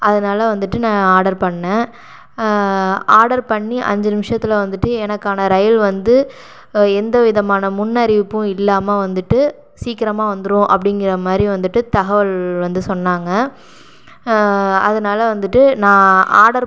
அதனால வந்துட்டு நான் ஆடர் பண்ணேன் ஆடர் பண்ணி அஞ்சு நிமிஷத்தில் வந்துட்டு எனக்கான ரயில் வந்து எந்த விதமான முன் அறிவிப்பும் இல்லாமல் வந்துட்டு சீக்கிரமாக வந்துடும் அப்படிங்கிற மாதிரி வந்துட்டு தகவல் வந்து சொன்னாங்க அதனால வந்துட்டு நான் ஆடர்